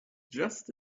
just